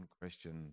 question